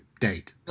date